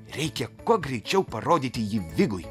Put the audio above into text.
reikia kuo greičiau parodyti jį vigui